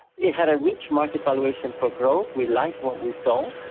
it had a rich market valuation for growth, we liked what we saw,